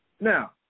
Now